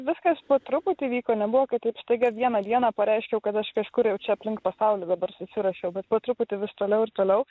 viskas po truputį vyko nebuvo kad taip staiga vieną dieną pareiškiau kad aš kažkur jau čia aplink pasaulį dabar susiruošiau bet po truputį vis toliau ir toliau